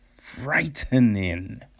Frightening